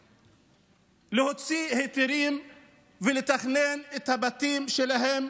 להוציא היתרים ולתכנן את הבתים שלהם,